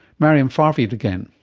maryam farvid again.